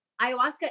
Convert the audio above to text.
ayahuasca